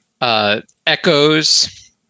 echoes